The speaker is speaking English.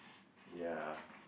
ya